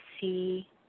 see